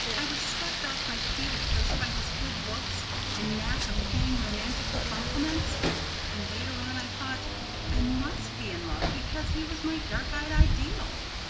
i was swept off my feet at first by his good looks and knack of paying romantic compliments and later on i thought i must be in love because he was my dark-eyed ideal.